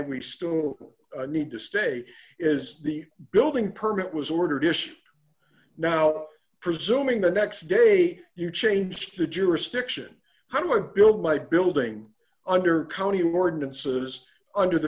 we still need to stay is the building permit was ordered ish now presuming the next day you change the jurisdiction how do i build my building under county ordinances under the